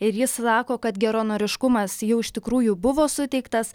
ir jis sako kad geranoriškumas jau iš tikrųjų buvo suteiktas